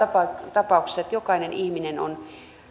tapauksessa jokainen ihminen on